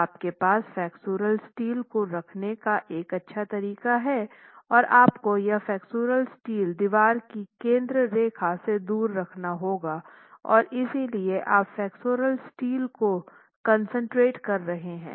तो आपके पास फ्लेक्सुरल स्टील को रखने का एक अच्छा तरीका है और आपको यह फ्लेक्सुरल स्टील दीवार की केंद्र रेखा से दूर रखना होगा और इसलिए आप फ्लेक्सुरल स्टील को कंसन्ट्रेट कर रहे हैं